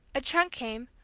a trunk came,